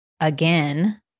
again